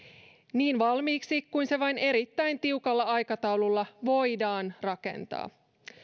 niin valmiiksi kuin se vain erittäin tiukalla aikataululla voidaan rakentaa